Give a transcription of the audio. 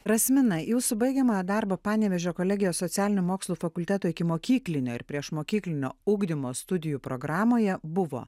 rasmina jūsų baigiamojo darbo panevėžio kolegijos socialinių mokslų fakulteto ikimokyklinio ir priešmokyklinio ugdymo studijų programoje buvo